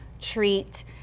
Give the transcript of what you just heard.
treat